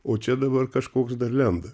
o čia dabar kažkoks dar lenda